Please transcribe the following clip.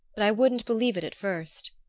but i wouldn't believe it at first!